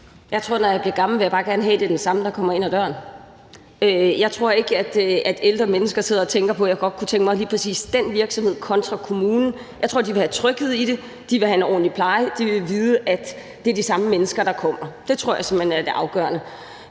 Jeg tror, at når jeg bliver gammel, vil jeg bare gerne have, at det er den samme, der kommer ind ad døren. Jeg tror ikke, at ældre mennesker sidder og tænker på, at de godt kunne tænke sig lige præcis den virksomhed kontra kommunen. Jeg tror, de vil have tryghed i det, de vil have en ordentlig pleje, og de vil vide, at det er de samme mennesker, der kommer. Det tror jeg simpelt hen er det afgørende.